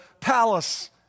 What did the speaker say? palace